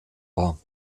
war